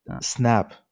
snap